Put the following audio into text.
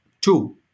Two